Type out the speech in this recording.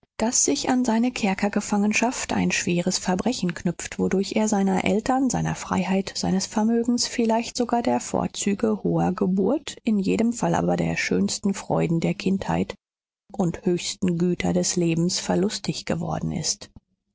daß sich an seine kerkergefangenschaft ein schweres verbrechen knüpft wodurch er seiner eltern seiner freiheit seines vermögens vielleicht sogar der vorzüge hoher geburt in jedem fall aber der schönsten freuden der kindheit und höchsten güter des lebens verlustig geworden ist